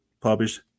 published